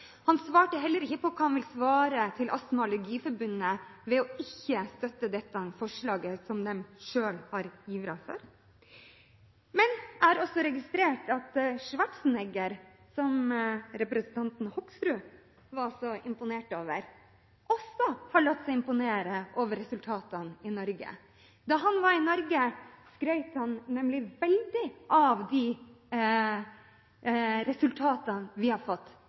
Han svarte heller ikke på hva han vil svare Astma- og Allergiforbundet ved ikke å støtte dette forslaget, som de selv har ivret for. Men jeg har også registrert at Schwarzenegger, som representanten Hoksrud var så imponert over, også har latt seg imponere over resultatene i Norge. Da han var i Norge, skrøt han nemlig veldig av de resultatene vi har fått,